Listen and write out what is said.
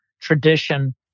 tradition